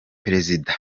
perezida